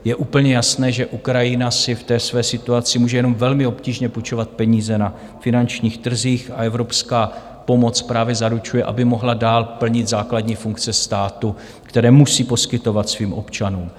Je úplně jasné, že Ukrajina si v té své situaci může jenom velmi obtížně půjčovat peníze na finančních trzích a evropská pomoc právě zaručuje, aby mohla dál plnit základní funkce státu, které musí poskytovat svým občanům.